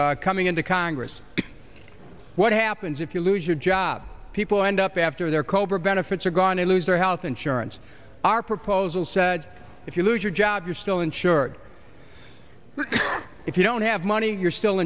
coming into congress what happens if you lose your job people end up after their cobra benefits are going to lose their health insurance our proposal said if you lose your job you're still insured if you don't have money you're still